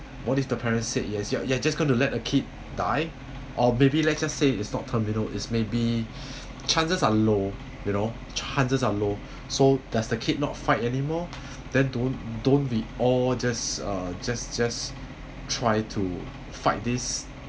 what if the parents said yes you are you are just going to let a kid die or maybe let us say is not terminal is may be chances are low you know chances are low so does the kid not fight anymore then don't don't be all just uh just just try to fight this